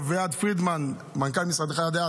אביעד פרידמן, מנכ"ל משרדך, יודע.